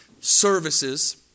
services